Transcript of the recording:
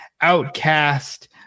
outcast